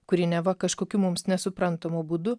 kuri neva kažkokiu mums nesuprantamu būdu